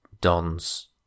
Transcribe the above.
Don's